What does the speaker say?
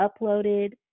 uploaded